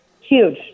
Huge